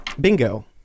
Bingo